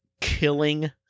killing